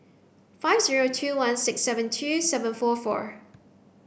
five zero two one six seven two seven four four